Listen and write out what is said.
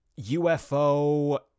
UFO